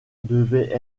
devait